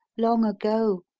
long agoe.